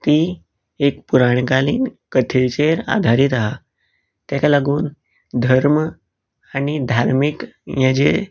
ती एक पुराण कालीन कथेचेर आदारीत आहा तेका लागून धर्म आनी धार्मीक हे जे